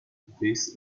this